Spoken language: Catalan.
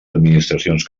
administracions